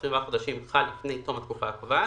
24 החודשים חל לפני תום התקופה הקובעת.